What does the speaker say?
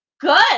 Good